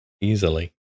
easily